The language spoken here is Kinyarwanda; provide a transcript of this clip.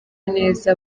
neza